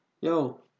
Yo